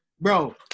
bro